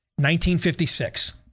1956